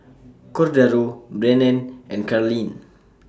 Cordaro Brennan and Carleen